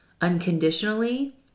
unconditionally